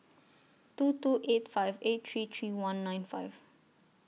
two two eight five eight three three one nine five